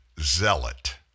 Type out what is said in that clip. zealot